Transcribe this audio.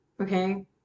Okay